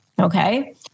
okay